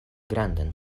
grandan